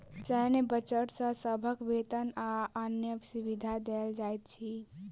सैन्य बजट सॅ सभक वेतन आ अन्य सुविधा देल जाइत अछि